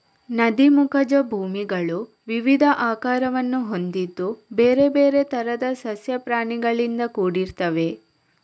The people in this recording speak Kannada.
ನದಿ ಮುಖಜ ಭೂಮಿಗಳು ವಿವಿಧ ಆಕಾರವನ್ನು ಹೊಂದಿದ್ದು ಬೇರೆ ಬೇರೆ ತರದ ಸಸ್ಯ ಪ್ರಾಣಿಗಳಿಂದ ಕೂಡಿರ್ತವೆ